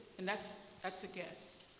and that's that's a guess.